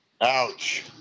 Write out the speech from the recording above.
Ouch